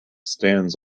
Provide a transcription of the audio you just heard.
stands